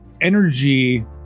energy